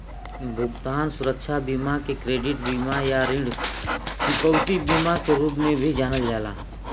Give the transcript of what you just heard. भुगतान सुरक्षा बीमा के क्रेडिट बीमा या ऋण चुकौती बीमा के रूप में भी जानल जाला